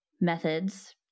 methods